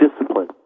discipline